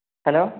hello